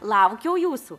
laukiau jūsų